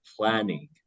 planning